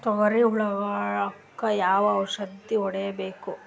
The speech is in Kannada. ತೊಗರಿ ಹುಳಕ ಯಾವ ಔಷಧಿ ಹೋಡಿಬೇಕು?